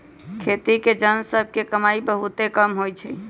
खेती के जन सभ के कमाइ बहुते कम होइ छइ